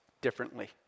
differently